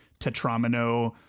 tetramino